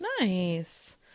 Nice